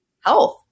health